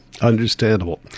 understandable